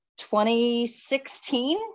2016